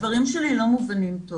הדברים שלי לא מובנים טוב.